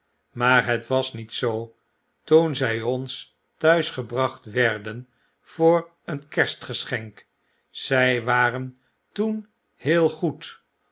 maar het w t as niet zoo toen zj ons thuis gebracht werden voor een kerstgeschenk zrj waren toen heel goed